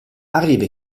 arriva